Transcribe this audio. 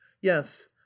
yes